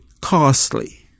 costly